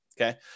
okay